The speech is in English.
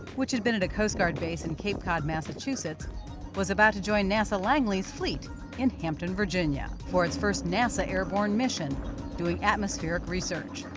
which had been at a coast guard base in cape cod, massachusetts was about to join nasa langley's fleet in hampton, virginia for its first nasa airborne mission doing atmospheric research.